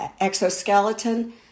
exoskeleton